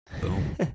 boom